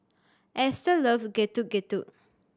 Ester loves Getuk Getuk